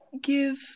give